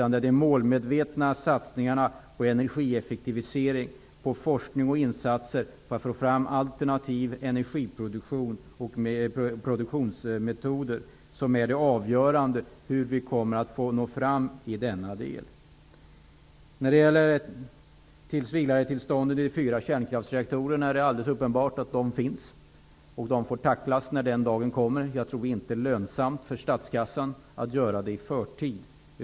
Det avgörande för om vi kommer att nå fram i denna del är att vi gör målmedvetna satsningar på energieffektivisering och på forskning och insatser för att få fram alternativa metoder för energiproduktion. Det är alldeles uppenbart att det finns tills-vidaretillstånd för de fyra kärnkraftsreaktorerna. Denna fråga får tacklas när den dagen kommer. Jag tror inte att det är lönsamt för statskassan att göra det i förtid.